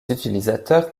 utilisateurs